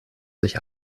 sich